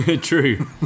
true